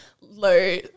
low